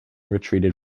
retreated